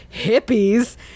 hippies